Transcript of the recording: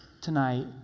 tonight